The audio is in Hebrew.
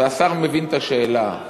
והשר מבין את השאלה.